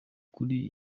kuri